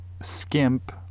skimp